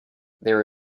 there